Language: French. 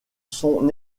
son